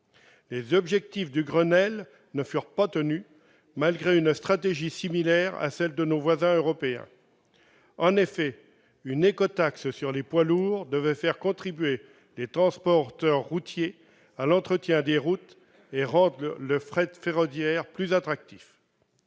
Les objectifs du Grenelle ne furent pas tenus, malgré une stratégie similaire à celle de nos voisins européens. En effet, une « écotaxe » sur les poids lourds devait faire contribuer les transporteurs routiers à l'entretien des routes et rendre le fret ferroviaire plus attractif.